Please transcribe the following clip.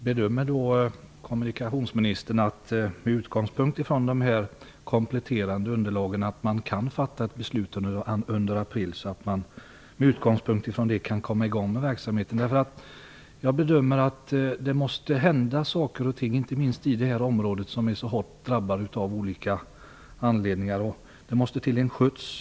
Fru talman! Bedömer kommunikationsministern, med utgångspunkt från det kompletterade underlaget, att ett beslut kan fattas under april så att man kan komma i gång med verksamheten? Det måste hända saker och ting, inte minst i detta område som är så hårt drabbat av olika anledningar. Det måste till en skjuts.